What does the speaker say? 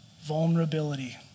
Vulnerability